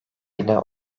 ile